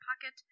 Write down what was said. pocket